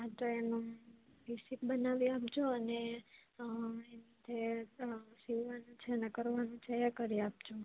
તો એમાં રીસીપ બનાવી આપજો અને જે એમાંથી સીવાનું છે કરવાનું છે એ કરી આપજો